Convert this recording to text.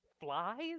Flies